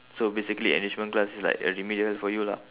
so basically enrichment class is like a remedial for you lah